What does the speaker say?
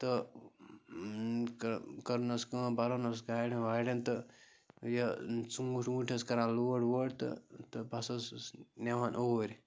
تہٕ کٔرٕن حظ کٲم بَران اوس گاڑٮ۪ن واڑٮ۪ن تہٕ یہِ ژوٗنٛٹھۍ ووٗنٛٹھۍ حظ کَران لوڈ ووڈ تہٕ تہٕ بَس حظ اوس نِوان اوٗرۍ